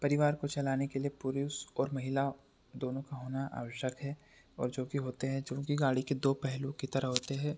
परिवार को चलाने के लिए पुरुष और महिला दोनों का होना आवश्यक है और जो कि होते हैं जो कि गाड़ी के दो पहलू के तरह होते हे